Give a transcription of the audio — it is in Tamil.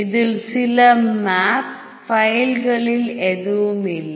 இதில் சில மேப் ஃபைல்களில் எதுவும் இல்லை